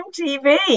TV